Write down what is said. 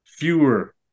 Fewer